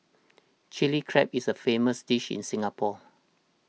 Chilli Crab is a famous dish in Singapore